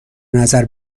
نظر